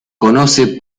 conoce